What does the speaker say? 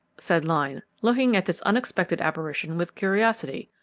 said lyne, looking at this unexpected apparition with curiosity.